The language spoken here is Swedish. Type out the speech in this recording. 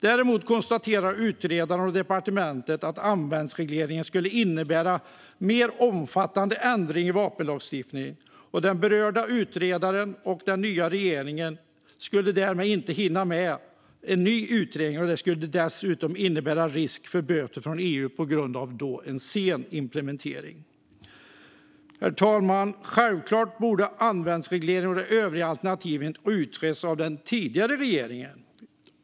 Däremot konstaterade utredaren och departementet att användarregleringen skulle innebära mer omfattande ändringar i vapenlagstiftningen, och detta bedömde utredaren och den nya regeringen inte skulle hinnas med vilket då skulle innebära risk för böter från EU på grund av sen implementering. Herr talman! Självklart borde användarregleringen och de övriga alternativen ha utretts av den tidigare regeringen.